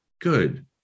good